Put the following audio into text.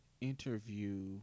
interview